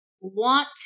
want